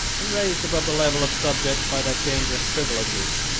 and raised above the level of subjects by their dangerous privileges,